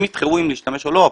הם יבחרו אם להשתמש או לא,